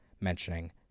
mentioning